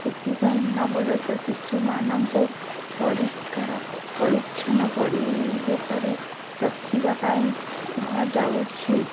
ସେଥିପାଇଁ ନବଜାତ ଶିଶୁମାନଙ୍କୁ ପରିଷ୍କାର ପରିଛନ୍ନ ପରିବେଶରେ ରଖିବାପାଇଁ କୁହାଯାଉଛି